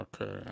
Okay